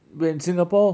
when singapore